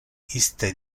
iste